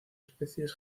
especies